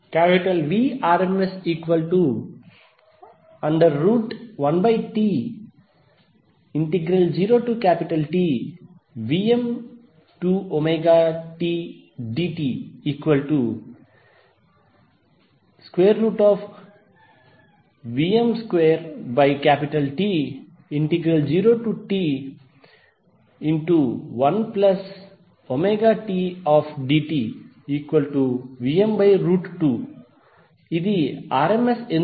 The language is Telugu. Vrms1T0TVm2ωt dtVm2T0T1ωt dt Vm2 ఇది rms ఎందుకు